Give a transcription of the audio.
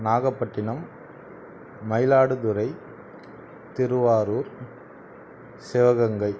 Nagapattinam Mayiladuthurai Thiruvarur Sivaganga